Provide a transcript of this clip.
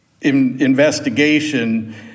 investigation